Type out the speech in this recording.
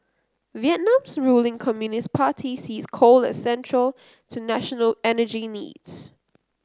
Vietnam's ruling Communist Party sees coal as central to national energy needs